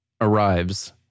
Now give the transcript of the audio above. arrives